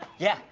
yeah,